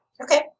Okay